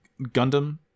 Gundam